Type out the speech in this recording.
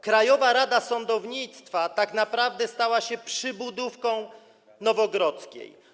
Krajowa Rada Sądownictwa tak naprawdę stała się przybudówką Nowogrodzkiej.